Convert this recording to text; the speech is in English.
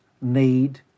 need